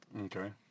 Okay